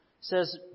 says